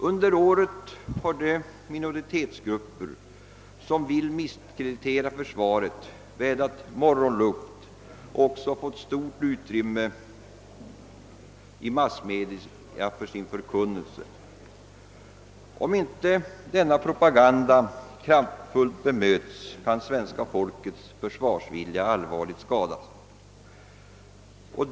Under året har de minoritetsgrupper som vill misskreditera försvaret vädrat morgonluft och också fått stort utrymme i massmedia för sin förkunnelse. Om inte denna propaganda kraftfullt bemöts kan svenska folkets försvarsvilja allvarligt skadas.